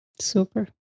super